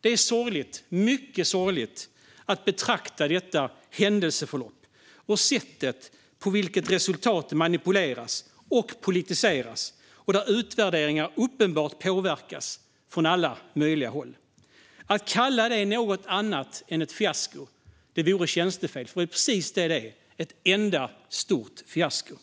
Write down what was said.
Det är mycket sorgligt att betrakta detta händelseförlopp och sättet på vilket resultat manipuleras och politiseras, och där utvärderingar uppenbart påverkas från alla möjliga håll. Att kalla det något annat än ett fiasko vore tjänstefel, och det är precis det det är: ett enda stort fiasko.